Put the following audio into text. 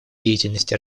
деятельности